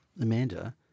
Amanda